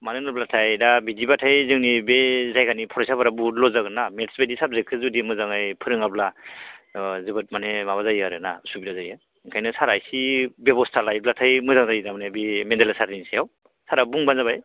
मानो होनोब्लाथाय दा बिदिबाथाय बे जायगानि फरायसाफोरा बहुद लस जागोनना मेथ्स बायदि साबजेक्टखौ जुदि मोजाङै फोरोङाब्ला जोबोद माने माबा जायो आरोना असुबिदा जायो ओंखायनो सारा इसे बेब'स्था लायोब्लाथाय मोजां जायो तारमाने बे मेनदेला सारनि सायाव सारा बुंबानो जाबाय